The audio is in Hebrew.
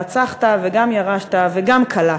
הרצחת וגם ירשת וגם כלאת.